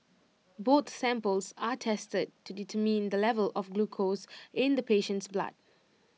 both samples are tested to determine the level of glucose in the patient's blood